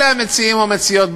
אלה המציעים או המציעות,